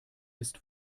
ist